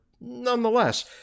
nonetheless